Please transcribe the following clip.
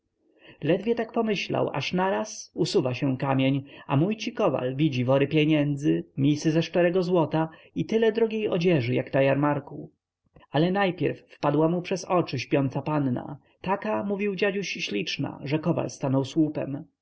ledwie tak pomyślał aż naraz usuwa się kamień a mój ci kowal widzi wory pieniędzy misy ze szczerego złota i tyle drogiej odzieży jak na jarmarku ale najpierwej wpadła mu przed oczy śpiąca panna taka mówił dziaduś śliczna że kowal stanął słupem